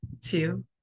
two